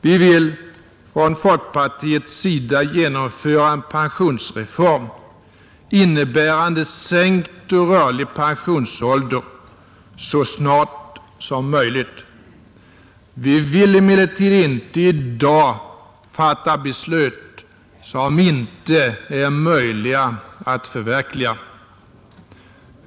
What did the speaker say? Vi vill från folkpartiets sida genomföra en pensionsreform, innebärande sänkt och rörlig pensionsålder, så snart som möjligt. Vi vill emellertid inte i dag fatta beslut som inte är möjliga att förverkliga.